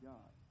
God